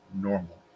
normal